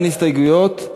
אין הסתייגויות.